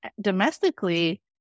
domestically